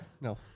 No